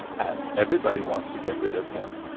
and everybody wants to get rid of him?